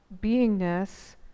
beingness